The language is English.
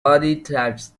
types